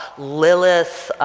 lilith,